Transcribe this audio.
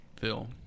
Phil